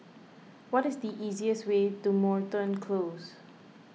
what is the easiest way to Moreton Close